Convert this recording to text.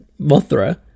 Mothra